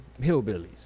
hillbillies